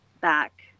back